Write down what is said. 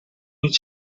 niet